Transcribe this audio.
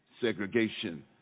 segregation